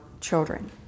children